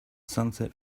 sunset